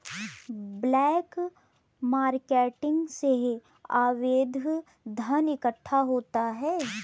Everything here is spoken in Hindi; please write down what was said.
ब्लैक मार्केटिंग से अवैध धन इकट्ठा होता है